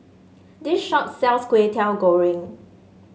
this shop sells Kway Teow Goreng